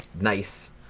nice